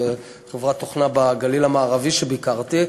זו חברת תוכנה בגליל המערבי שביקרתי בה,